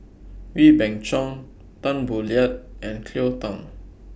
Wee Beng Chong Tan Boo Liat and Cleo Thang